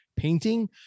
painting